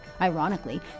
Ironically